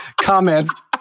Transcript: comments